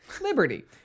Liberty